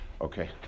Okay